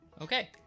Okay